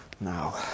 now